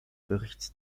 berichts